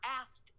asked